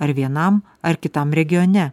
ar vienam ar kitam regione